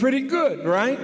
pretty good right